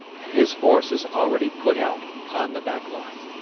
and his force is already put out upon the back line.